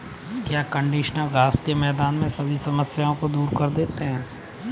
क्या कंडीशनर घास के मैदान में सभी समस्याओं को दूर कर देते हैं?